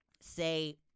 say